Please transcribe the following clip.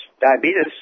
Diabetes